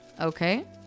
Okay